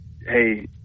hey